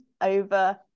over